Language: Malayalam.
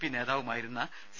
പി നേതാവുമായിരുന്ന സി